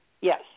Yes